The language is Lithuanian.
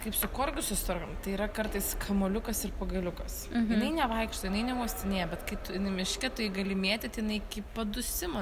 kaip su korgiu susitvarkom tai yra kartais kamuoliukas ir pagaliukas jinai nevaikšto jinai neuostinėja bet kai tu jinai miške tai gali mėtyt jinai iki padusimo